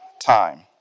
time